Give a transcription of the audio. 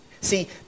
see